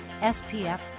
SPF